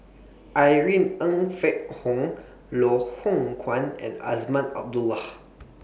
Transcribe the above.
Irene Ng Phek Hoong Loh Hoong Kwan and Azman Abdullah